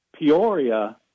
Peoria